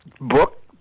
book